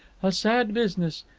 a sad business.